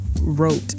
wrote